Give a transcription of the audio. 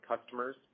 customers